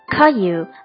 Caillou